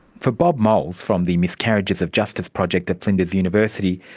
for bob moles from the miscarriages of justice project at flinders university,